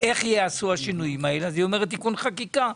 איך ייעשו השינויים האלה והיא אמרה תיקון חקיקה.